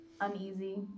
uneasy